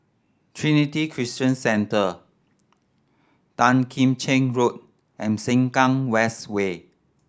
Trinity Christian Centre Tan Kim Cheng Road and Sengkang West Way